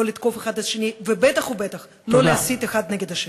לא לתקוף זה את זה ובטח ובטח לא להסית זה נגד זה.